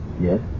Yes